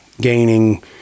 gaining